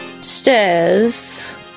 stairs